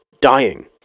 dying